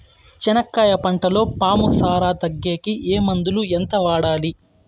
చెనక్కాయ పంటలో పాము సార తగ్గేకి ఏ మందులు? ఎంత వాడాలి?